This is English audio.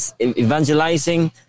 evangelizing